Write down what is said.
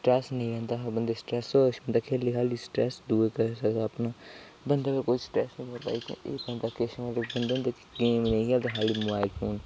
stress नेईं होंदा ते अगर स्ट्रैस होए ते बंदा खेली खूलियै स्ट्रैस दूर करी लैंदा जेह्का गेम नेईं खेलदा हर बेल्लै मोबाईल खाल्ली मोबाईल फोन